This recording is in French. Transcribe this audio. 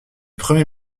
premier